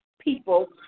people